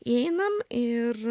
įeinam ir